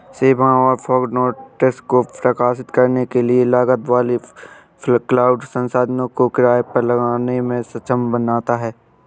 सेवाओं और fog nodes को प्रकाशित करने के लिए कम लागत वाले क्लाउड संसाधनों को किराए पर लेने में सक्षम बनाता है